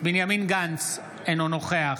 בנימין גנץ, אינו נוכח